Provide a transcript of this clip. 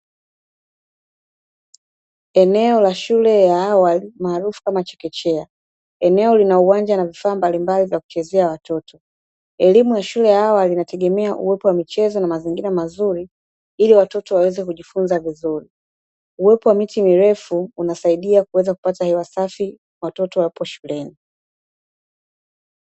Eneo la shule ya awali, maarufu kama chekechea. Eneo lina uwanja na vifaa mbalimbali vya kuchezea watoto. Elimu ya shule ya awali inategemea uwepo wa michezo na mazingira mazuri, ili watoto waweze kujifunza vizuri. Uwepo wa miti mirefu unasaidia kuweza kupata hewa safi watoto wawapo shuleni.